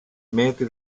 metri